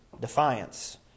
Defiance